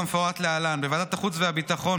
כמפורט להלן: בוועדת החוץ והביטחון,